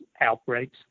outbreaks